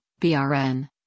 BRN